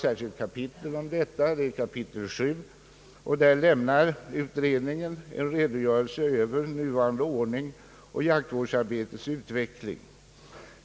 I kap. 7 lämnar utredningen en redogörelse över nuvarande ordning och jaktvårdsarbetets utveckling.